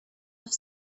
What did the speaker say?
have